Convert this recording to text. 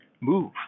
move